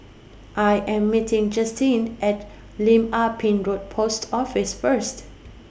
I Am meeting Justen At Lim Ah Pin Road Post Office First